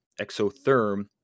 exotherm